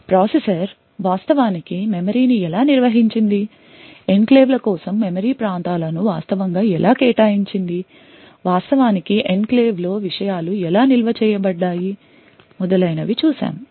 processor వాస్తవానికి మెమరీని ఎలా నిర్వహించింది ఎన్క్లేవ్ల కోసం మెమరీ ప్రాంతాలను వాస్తవంగా ఎలా కేటాయించింది వాస్తవానికి ఎన్క్లేవ్లో విషయాలు ఎలా నిల్వ చేయబడ్డాయి మొదలైనవి చూశాము